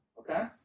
Okay